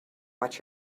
what